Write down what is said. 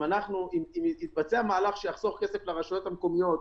אם יתבצע מהלך שיחסוך כסף לרשויות המקומיות,